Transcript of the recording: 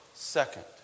Second